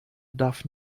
darf